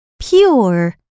pure